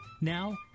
Now